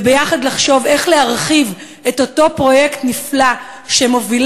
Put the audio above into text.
ביחד איך להרחיב את אותו פרויקט נפלא שמוביל